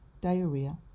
diarrhea